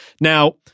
Now